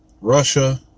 Russia